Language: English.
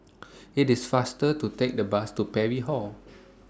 IT IS faster to Take The Bus to Parry Hall